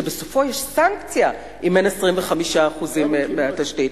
שבסופו יש סנקציה אם אין 25% מהתשתית.